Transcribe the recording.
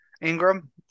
Ingram